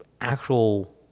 actual